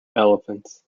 elephants